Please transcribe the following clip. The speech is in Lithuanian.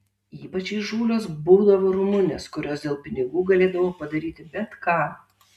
ypač įžūlios būdavo rumunės kurios dėl pinigų galėdavo padaryti bet ką